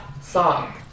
song